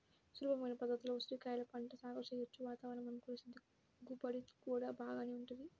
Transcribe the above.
సులభమైన పద్ధతుల్లో ఉసిరికాయల పంట సాగు చెయ్యొచ్చు, వాతావరణం అనుకూలిస్తే దిగుబడి గూడా బాగానే వుంటది